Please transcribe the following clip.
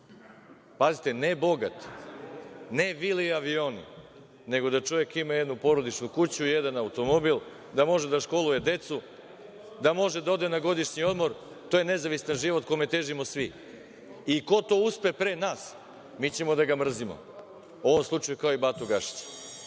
Pazite, ne bogat, ne vile i avione, nego da čovek ima jednu porodičnu kuću, jedan automobil, da može da školuje decu, da može da ode na godišnji odmor. To je nezavistan život kome težimo svi. I ko to uspe pre nas, mi ćemo da ga mrzimo. U ovom slučaju Batu Gašića. Nisam